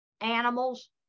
animals